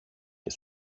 και